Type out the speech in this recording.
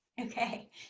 Okay